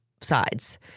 sides